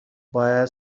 باید